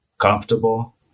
comfortable